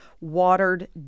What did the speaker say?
watered